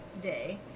day